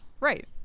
right